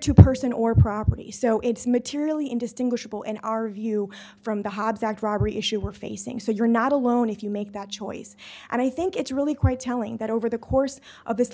to person or property so it's materially indistinguishable in our view from the hobbs act robbery issue we're facing so you're not alone if you make that choice and i think it's really quite telling that over the course of this